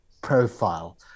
profile